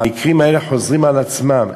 המקרים האלה חוזרים על עצמם,